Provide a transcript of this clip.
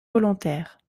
volontaires